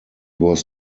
was